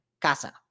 casa